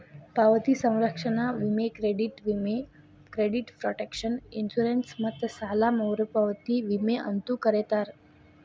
ಪಾವತಿ ಸಂರಕ್ಷಣಾ ವಿಮೆ ಕ್ರೆಡಿಟ್ ವಿಮೆ ಕ್ರೆಡಿಟ್ ಪ್ರೊಟೆಕ್ಷನ್ ಇನ್ಶೂರೆನ್ಸ್ ಮತ್ತ ಸಾಲ ಮರುಪಾವತಿ ವಿಮೆ ಅಂತೂ ಕರೇತಾರ